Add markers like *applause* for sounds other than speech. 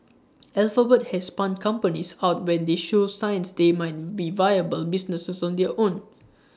alphabet has spun companies out when they show signs they might *unintelligible* be viable businesses on their own